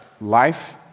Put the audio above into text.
life